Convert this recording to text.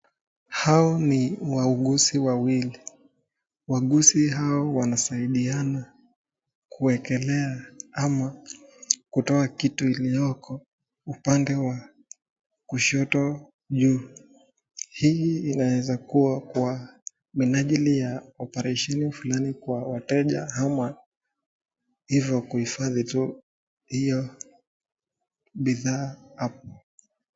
Hao ni wauguzi wawili. Wauguzi hao wanasaidiana kuekelea ama kutoa kitu iliyoko upande wa kushoto juu. Hii inaweza kuwa kwa minajili ya oparesheni fulani Kwa wateja ama ivo kuhifadhi tu iyo bidhaa apo.